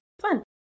Fun